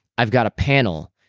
i've got a panel.